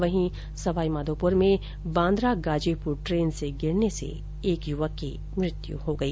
वहीं सवाईमाधोपुर में बांद्रा गाजीपुर ट्रेन से गिरने से एक युवक की मुत्यु हो गई